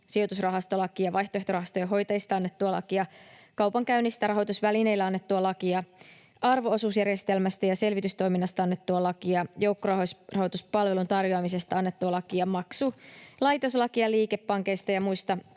sijoitusrahastolakia, vaihtoehtorahastojen hoitajista annettua lakia, kaupankäynnistä rahoitusvälineillä annettua lakia, arvo-osuusjärjestelmästä ja selvitystoiminnasta annettua lakia, joukkorahoituspalvelun tarjoamisesta annettua lakia, maksulaitoslakia, liikepankeista ja muista